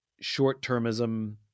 short-termism